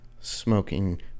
smoking